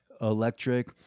electric